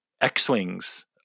X-Wings